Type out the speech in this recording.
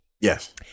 Yes